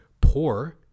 poor